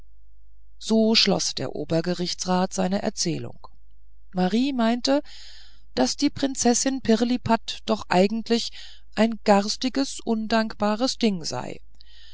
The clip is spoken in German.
so schloß der obergerichtsrat seine erzählung marie meinte daß die prinzessin pirlipat doch eigentlich ein garstiges undankbares ding sei